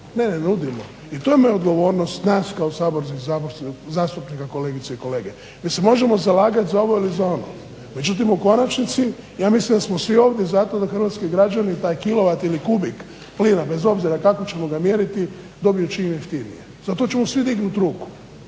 Ne, ne nudimo i to nam je odgovornost nas, kao Sabor, saborskih zastupnika kolegice i kolege. Mi se možemo zalagati za ovo ili ono. Međutim u konačnici ja mislim da smo svi ovdje zato da hrvatski građani taj kilovat ili kubik plina bez obzira kako ćemo ga mjeriti dobiju čim jeftinije. Za to ćemo svi dignuti ruku